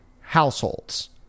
households